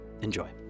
enjoy